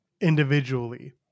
individually